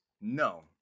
No